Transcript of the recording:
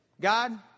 God